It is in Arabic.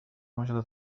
وجدت